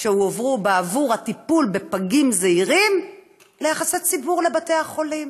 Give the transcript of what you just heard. שהועברו בעבור הטיפול בפגים זעירים ליחסי ציבור לבתי החולים,